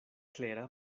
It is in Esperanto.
klera